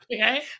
Okay